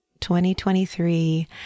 2023